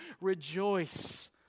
rejoice